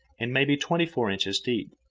and maybe twenty-four inches deep.